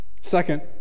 Second